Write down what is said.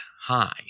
high